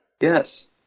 Yes